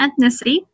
ethnicity